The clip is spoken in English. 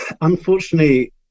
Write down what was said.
unfortunately